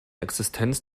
existenz